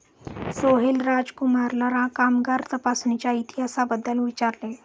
सोहेल राजकुमारला कामगार तपासणीच्या इतिहासाबद्दल विचारले